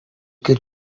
good